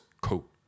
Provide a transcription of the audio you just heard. coat